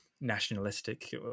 nationalistic